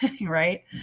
right